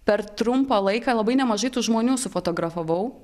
per trumpą laiką labai nemažai tų žmonių sufotografavau